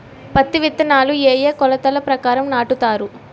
పత్తి విత్తనాలు ఏ ఏ కొలతల ప్రకారం నాటుతారు?